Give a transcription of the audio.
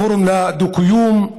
הפורום לדו-קיום,